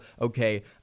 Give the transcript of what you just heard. okay